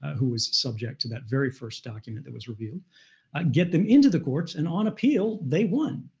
who was subject to that very first document that was revealed get them into the courts, and on appeal they won.